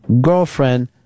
girlfriend